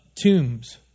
tombs